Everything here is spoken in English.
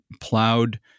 plowed